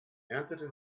erntete